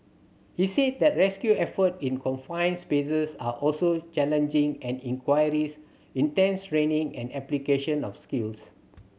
he said that rescue effort in confined spaces are also challenging and intense training and application of skills